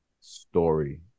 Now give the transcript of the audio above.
story